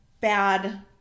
bad